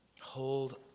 Hold